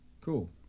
cool